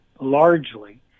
largely